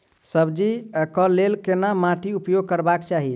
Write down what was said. सब्जी कऽ लेल केहन माटि उपयोग करबाक चाहि?